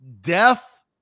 Deaf